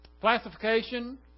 Classification